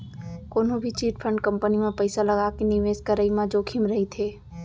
कोनो भी chit fund company म पइसा लगाके निवेस के करई म जोखिम रहिथे